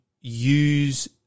use